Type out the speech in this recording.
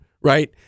right